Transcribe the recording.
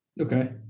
Okay